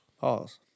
Pause